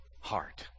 heart